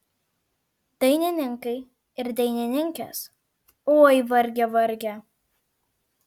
dainininkai ir dainininkės oi varge varge